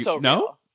no